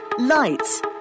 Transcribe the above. Lights